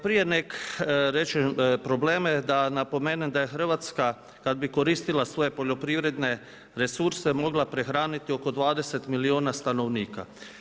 Prije nego rečem probleme da napomenem da je Hrvatska kada bi koristila svoje poljoprivredne resurse mogla prehraniti oko 20 milijuna stanovnika.